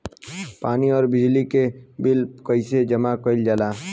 पानी और बिजली के बिल कइसे जमा कइल जाला?